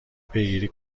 پیگیری